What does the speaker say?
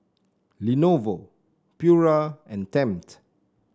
Lenovo Pura and Tempt